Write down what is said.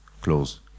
close